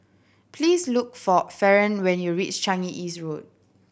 please look for Faron when you reach Changi East Road